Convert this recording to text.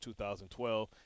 2012